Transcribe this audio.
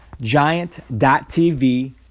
giant.tv